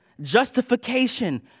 Justification